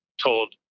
told